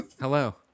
Hello